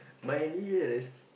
my New Year re~